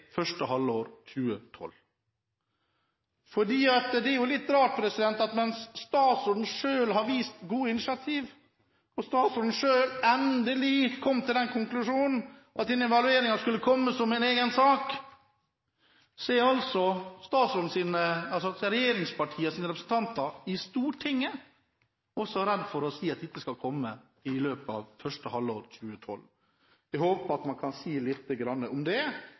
første halvår av 2012. Det er jo litt rart at mens statsråden selv har vist gode initiativ, og statsråden selv endelig kom til den konklusjonen at denne evalueringen skulle komme som en egen sak, er altså regjeringspartienes representanter i Stortinget redd for å si at dette skal komme i løpet av første halvår av 2012. Jeg håper at statsråden kan si litt om det